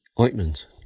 ointment